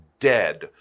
Dead